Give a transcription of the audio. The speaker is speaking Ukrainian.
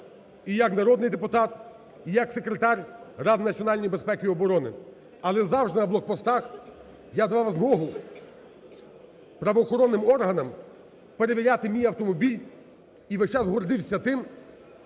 і як народний депутат, і як секретар Ради національної безпеки і оборони, але завжди на блокпостах я давав змогу правоохоронним органам перевіряти мій автомобіль і весь час гордився тим,